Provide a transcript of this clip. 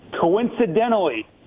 coincidentally